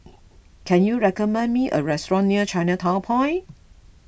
can you recommend me a restaurant near Chinatown Point